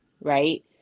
Right